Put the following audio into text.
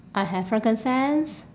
I have frankincense